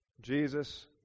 Jesus